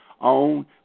on